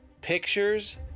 pictures